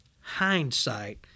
hindsight